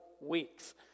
weeks